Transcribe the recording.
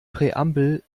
präambel